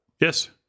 Yes